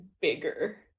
bigger